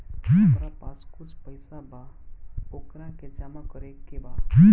हमरा पास कुछ पईसा बा वोकरा के जमा करे के बा?